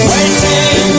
Waiting